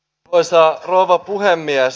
arvoisa rouva puhemies